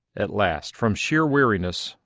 at last, from sheer weariness,